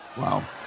wow